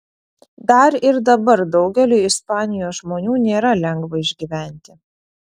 dar ir dabar daugeliui ispanijos žmonių nėra lengva išgyventi